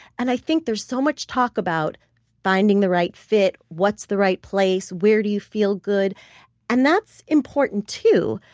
and i think there's so much talk about finding the right fit, what's the right place, where do you feel good and that's important, too.